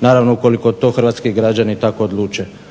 Naravno ukoliko to hrvatski građani tako odluče.